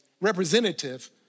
representative